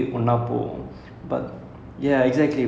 ya ya